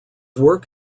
work